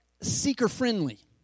seeker-friendly